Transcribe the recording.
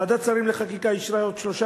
ועדת שרים לחקיקה אישרה עוד שלושה